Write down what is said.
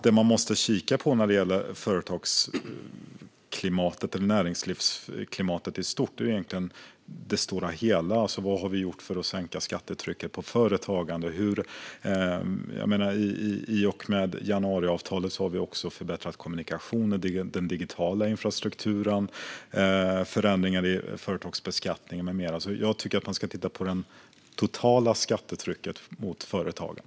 Det man måste kika på när det gäller näringslivsklimatet i stort är egentligen vad vi har gjort i det stora hela för att sänka skattetrycket på företagande. I och med januariavtalet har vi förbättrat kommunikationerna och den digitala infrastrukturen och gjort förändringar i företagsbeskattningen med mera. Jag tycker alltså att man ska titta på det totala skattetrycket på företagen.